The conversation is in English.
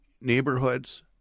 neighborhoods